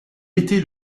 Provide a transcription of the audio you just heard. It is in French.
était